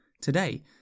today